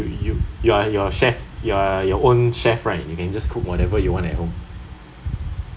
you you you are a chef you are your own chef right you can just cook whatever you want at home